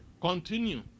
Continue